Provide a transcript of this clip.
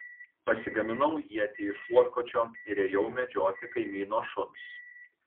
pasigaminau ietį iš šluotkočio ir ėjau medžioti kaimyno šuns